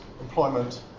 employment